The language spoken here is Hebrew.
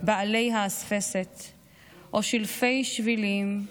בעלי האספסת / או שלפי שיבולים /